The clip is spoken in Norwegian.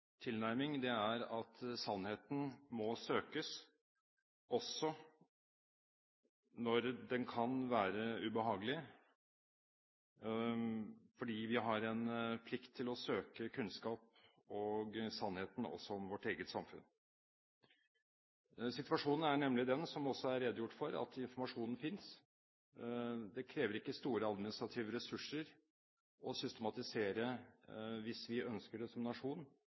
tilnærming, er at sannheten må søkes også når den kan være ubehagelig, fordi vi har en plikt til å søke kunnskap og sannhet om vårt eget samfunn. Situasjonen er nemlig den, som det også er redegjort for, at informasjonen finnes. Det krever ikke store administrative ressurser å systematisere – hvis vi ønsker det som nasjon